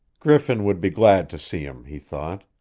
griffin would be glad to see him, he thought.